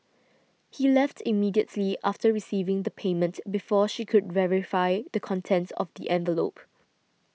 he left immediately after receiving the payment before she could verify the contents of the envelope